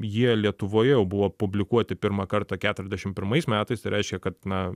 jie lietuvoje jau buvo publikuoti pirmą kartą keturiasdešim pirmais metais tai reiškia kad na